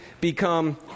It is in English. become